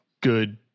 good